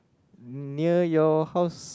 near your house